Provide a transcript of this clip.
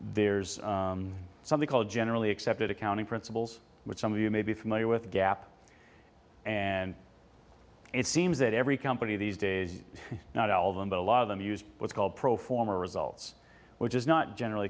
there's something called generally accepted accounting principles which some of you may be familiar with gap and it seems that every company these days not all of them but a lot of them use what's called pro forma results which is not generally